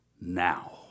Now